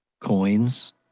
coins